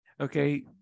Okay